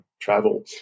travel